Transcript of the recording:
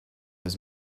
his